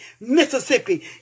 Mississippi